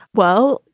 well,